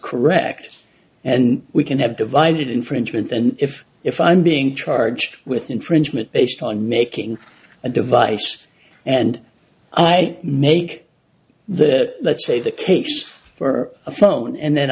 correct and we can have divided infringement and if if i'm being charged with infringement based on making a device and i make that let's say the case for a phone and then